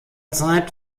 zeit